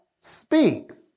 speaks